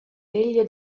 veglia